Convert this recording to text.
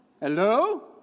Hello